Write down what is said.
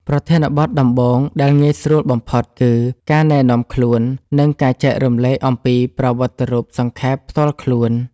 ប្រធានបទដំបូងដែលងាយស្រួលបំផុតគឺ ការណែនាំខ្លួន និងការចែករំលែកអំពីប្រវត្តិរូបសង្ខេបផ្ទាល់ខ្លួន។